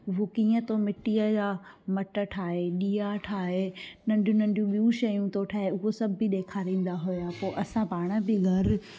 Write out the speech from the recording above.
उहो कीअं तो मिटीअ जा मट ठाहे ॾिया ठाहे नंढियूं नंढियूं ॿियूं शयूं थो ठाहे उहो सभु बि ॾेखारिंदा हुया पो असां पाण बि घरु